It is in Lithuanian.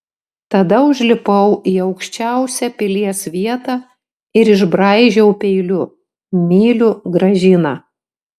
tada užlipau į aukščiausią pilies vietą ir išbraižiau peiliu myliu gražiną